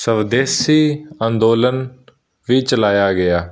ਸਵਦੇਸੀ ਅੰਦੋਲਨ ਵੀ ਚਲਾਇਆ ਗਿਆ